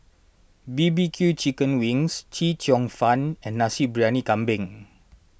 B B Q Chicken Wings Chee Cheong Fun and Nasi Briyani Kambing